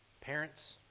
Parents